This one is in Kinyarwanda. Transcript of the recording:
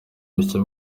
bushya